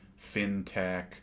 fintech